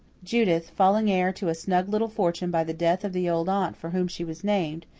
judith, falling heir to a snug little fortune by the death of the old aunt for whom she was named,